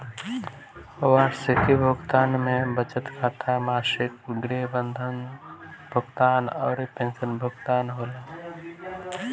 वार्षिकी भुगतान में बचत खाता, मासिक गृह बंधक भुगतान अउरी पेंशन भुगतान होला